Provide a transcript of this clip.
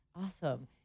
Awesome